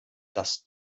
das